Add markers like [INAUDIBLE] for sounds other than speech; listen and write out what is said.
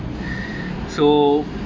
[BREATH] so